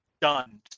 done